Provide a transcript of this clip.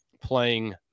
playing